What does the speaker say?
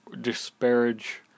disparage